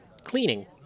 Cleaning